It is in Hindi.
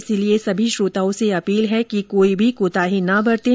इसलिए सभी श्रोताओं से अपील है कि कोई भी कोताही न बरतें